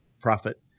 profit